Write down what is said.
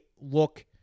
look